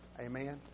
Amen